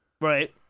Right